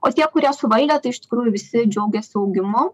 o tie kurie suvaldė tai iš tikrųjų visi džiaugiasi augimu